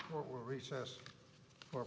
for recess or